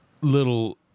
little